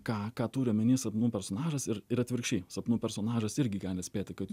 ką ką turi omeny sapnų personažas ir ir atvirkščiai sapnų personažas irgi gali atspėti kad